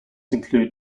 include